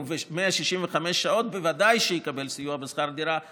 ו-165 שעות בוודאי שיקבל סיוע בשכר דירה,